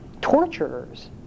torturers